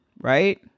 Right